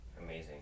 Amazing